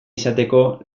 izateko